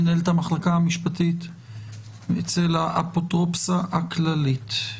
מנהלת המחלקה המשפטית אצל האפוטרופסה הכללית.